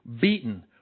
beaten